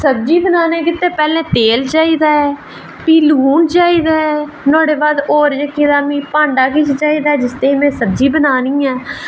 सब्जी बनाने गित्तै पैह्लें तेल चाहिदा ऐ प्ही लून चाहिदा ऐ नुहाड़ै बाद जेह्का होर मिगी भांडा बी चाहिदा ऐ जिसदे बिच में सब्जी बनानी ऐ